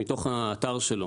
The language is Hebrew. מתוך האתר שלו,